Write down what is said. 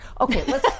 Okay